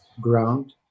ground